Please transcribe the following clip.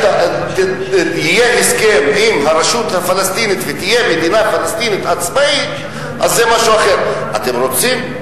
כשתהיה מדינה פלסטינית עצמאית, קודם כול,